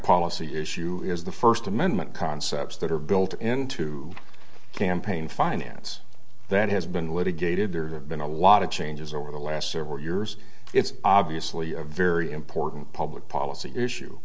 policy issue is the first amendment concepts that are built into campaign finance that has been litigated there have been a lot of changes over the last several years it's obviously a very important public policy issue